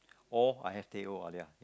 or I have teh O alia